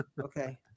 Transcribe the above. Okay